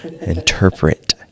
interpret